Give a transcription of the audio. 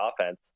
offense